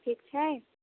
ठीक छै